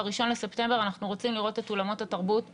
ב-1 בספטמבר אנחנו רוצים לראות את אולמות התרבות פתוחים.